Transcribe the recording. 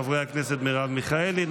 חברי הכנסת מרב מיכאלי,